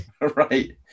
Right